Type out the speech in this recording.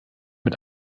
mit